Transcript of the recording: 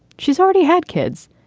she's already had kids.